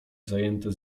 zajęte